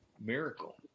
miracle